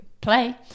play